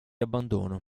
abbandono